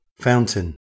Fountain